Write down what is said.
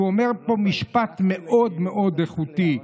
שאומר פה משפט מאוד מאוד איכותי: